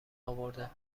اورده